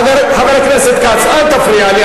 חבר הכנסת כץ, אל תפריע לי.